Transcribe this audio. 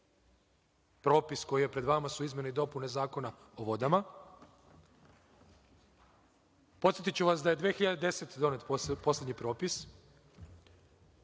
propis koji je pred vama su izmene i dopune Zakona o vodama. Podsetiću vas da je 2010. godine donet poslednji propis.